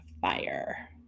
fire